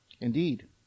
Indeed